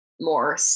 more